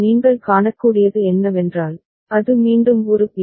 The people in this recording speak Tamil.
நீங்கள் காணக்கூடியது என்னவென்றால் அது மீண்டும் ஒரு பி